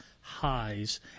highs